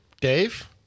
Dave